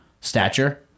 stature